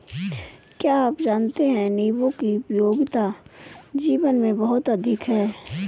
क्या आप जानते है नीबू की उपयोगिता जीवन में बहुत अधिक है